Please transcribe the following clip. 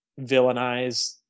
villainize